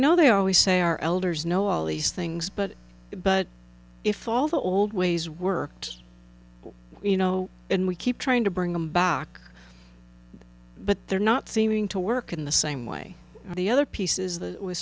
know they always say our elders know all these things but but if all the old ways worked you know and we keep trying to bring them back but they're not seeming to work in the same way the other piece